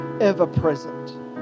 ever-present